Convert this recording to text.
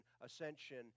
ascension